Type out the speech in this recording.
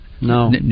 No